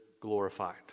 glorified